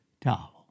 towel